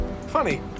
Funny